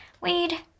Weed